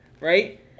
right